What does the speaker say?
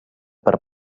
per